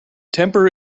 temper